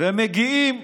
ומגיעים,